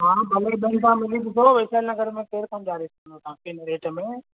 हा भले भले तव्हां भली ॾिसो वैशाली नगर में केरु कोन ॾियारे सघंदो तव्हांखे हिन रेट में